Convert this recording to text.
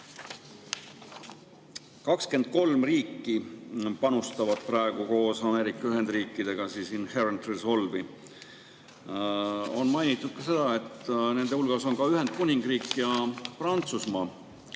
23 riiki panustavad praegu koos Ameerika Ühendriikidega Inherent Resolve'i. On mainitud sedagi, et nende hulgas on ka Ühendkuningriik ja Prantsusmaa.